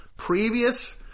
Previous